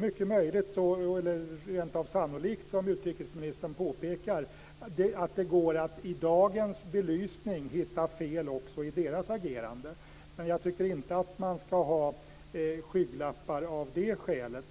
Det är rent av sannolikt, som utrikesministern påpekar, att det går att i dagens belysning hitta fel också i deras agerande. Men jag tycker inte att man ska ha skygglappar av det skälet.